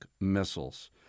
missiles